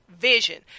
vision